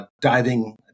diving